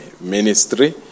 ministry